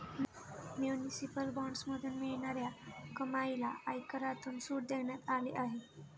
municipal बॉण्ड्समधून मिळणाऱ्या कमाईला आयकरातून सूट देण्यात आली आहे